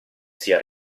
zia